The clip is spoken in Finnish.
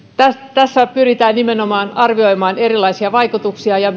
tässä pyritään nimenomaan arvioimaan erilaisia vaikutuksia ja